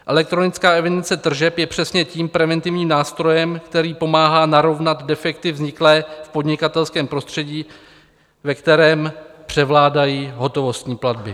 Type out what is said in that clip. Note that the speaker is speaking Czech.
Elektronická evidence tržeb je přesně tím preventivním nástrojem, který pomáhá narovnat defekty vzniklé v podnikatelském prostředí, ve kterém převládají hotovostní platby.